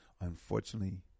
Unfortunately